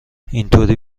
اینطوری